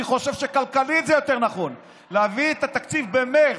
אני חושב שכלכלית זה יותר נכון להביא את התקציב במרץ,